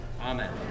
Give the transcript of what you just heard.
Amen